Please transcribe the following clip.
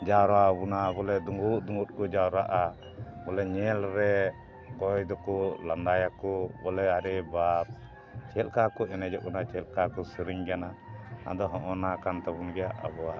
ᱡᱟᱣᱨᱟ ᱟᱵᱚᱱᱟ ᱵᱚᱞᱮ ᱫᱩᱸᱜᱩᱜ ᱫᱩᱸᱜᱩᱜ ᱠᱚ ᱡᱟᱣᱨᱟᱜᱼᱟ ᱵᱚᱞᱮ ᱧᱮᱞ ᱨᱮ ᱚᱠᱚᱭ ᱫᱚᱠᱚ ᱞᱟᱸᱫᱟᱭᱟᱠᱚ ᱵᱚᱞᱮ ᱟᱨᱮ ᱵᱟᱯ ᱪᱮᱫ ᱞᱮᱠᱟ ᱠᱚ ᱮᱱᱮᱡᱚᱜ ᱠᱟᱱᱟ ᱪᱮᱫ ᱞᱮᱠᱟ ᱠᱚ ᱥᱮᱨᱮᱧ ᱠᱟᱱᱟ ᱟᱫᱚ ᱦᱚᱸᱜᱼᱚ ᱱᱟ ᱠᱟᱱ ᱛᱟᱵᱚᱱ ᱜᱮᱭᱟ ᱟᱵᱚᱣᱟᱜ